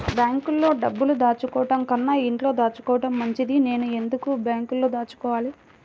బ్యాంక్లో డబ్బులు దాచుకోవటంకన్నా ఇంట్లో దాచుకోవటం మంచిది నేను ఎందుకు బ్యాంక్లో దాచుకోవాలి?